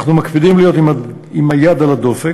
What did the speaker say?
אנחנו מקפידים להיות עם היד על הדופק,